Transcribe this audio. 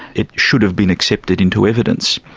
it should have been accepted into evidence.